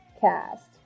cast